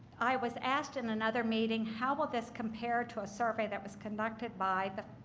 i was asked in another meeting how will this compare to a survey that was conducted by the